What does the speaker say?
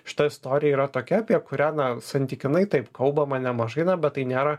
šita istorija yra tokia apie kurią na santykinai taip kalbama nemažai bet tai nėra